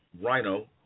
Rhino